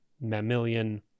mammalian